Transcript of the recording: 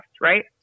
Right